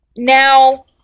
now